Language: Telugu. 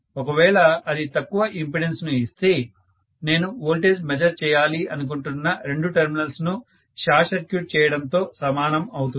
ఒకవేళ అది తక్కువ ఇంపెడెన్స్ ను ఇస్తే నేను వోల్టేజ్ మెజర్ చేయాలి అనుకుంటున్న రెండు టెర్మినల్స్ ను షార్ట్ సర్క్యూట్ చేయడం తో సమానం అవుతుంది